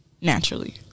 naturally